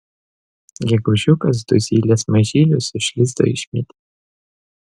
gegužiukas du zylės mažylius iš lizdo išmetė